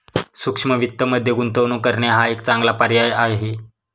सूक्ष्म वित्तमध्ये गुंतवणूक करणे हा एक चांगला पर्याय आहे